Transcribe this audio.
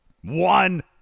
One